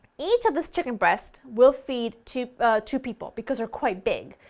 each of these chicken breasts will feed two two people because they're quite big.